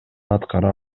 аткара